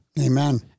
Amen